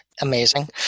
amazing